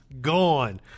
Gone